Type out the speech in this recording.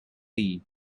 tea